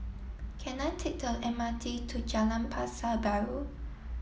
can I take the M R T to Jalan Pasar Baru